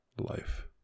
life